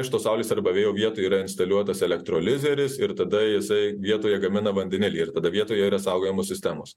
iš tos saulės arba vėjo vietoj yra instaliuotas elektrolizeris ir tada jisai vietoje gamina vandenilį ir tada vietoje yra saugojimo sistemos